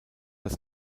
das